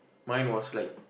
mine was like